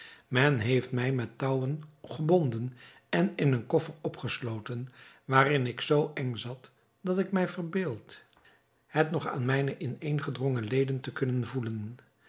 men heeft mij met touwen gebonden en in een koffer opgesloten waarin ik zoo eng zat dat ik mij verbeeld het nog aan mijne ineengedrongen leden te kunnen voelen